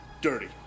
dirty